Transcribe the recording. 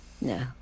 No